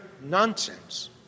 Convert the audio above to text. nonsense